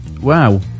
Wow